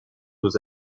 aux